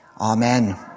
Amen